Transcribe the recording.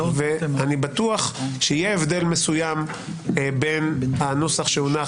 אני בטוח שיהיה הבדל מסוים בין הנוסח שהונח